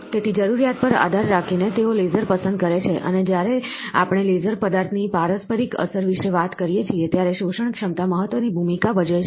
તેથી જરૂરિયાત પર આધાર રાખીને તેઓ લેસર પસંદ કરે છે અને જ્યારે આપણે લેસર પદાર્થ ની પારસ્પરિક અસર વિશે વાત કરીએ છીએ ત્યારે શોષણ ક્ષમતા મહત્વની ભૂમિકા ભજવે છે